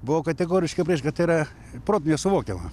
buvau kategoriškai prieš kad tai yra protu nesuvokiama